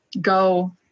go